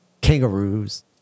kangaroos